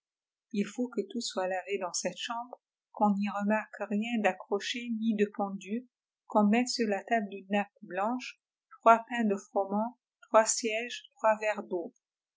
ii faut que tout soit lavé dans cette chambre qu'on n'y remarque rien d'accroché ni dépendu qu'on mette sur la table une nappe blanche trois pains de froment trois sièges trois verres d'eau